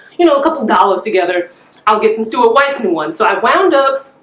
you know a couple dollars together i'll get some stuart weitzman one, so i wound up